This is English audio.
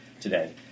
today